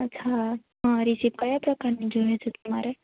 અચ્છા રિસિપ્ટ ક્યાં પ્રકારની જોઈએ છે તમારે